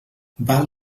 val